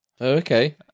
Okay